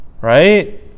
Right